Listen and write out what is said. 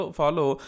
follow